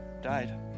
Died